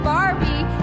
Barbie